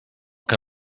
que